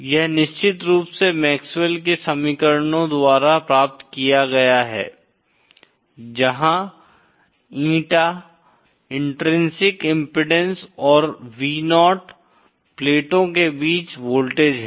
यह निश्चित रूप से मैक्सवेल के समीकरणों द्वारा प्राप्त किया गया है जहां ईटा इन्ट्रिंसिक इम्पीडेन्स और Vo प्लेटों के बीच वोल्टेज है